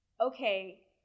okay